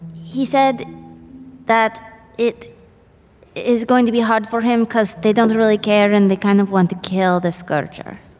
he said that it is going to be hard for him because they don't really care and they kind of want to kill the scourger,